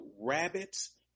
rabbits